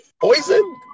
Poison